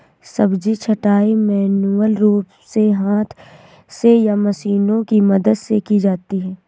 सब्जी छँटाई मैन्युअल रूप से हाथ से या मशीनों की मदद से की जाती है